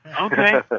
Okay